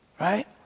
right